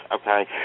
okay